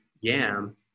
YAM